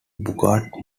bogart